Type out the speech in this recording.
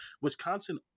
Wisconsin